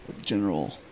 general